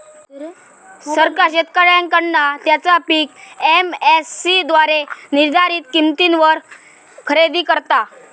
सरकार शेतकऱ्यांकडना त्यांचा पीक एम.एस.सी द्वारे निर्धारीत किंमतीवर खरेदी करता